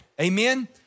Amen